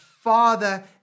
Father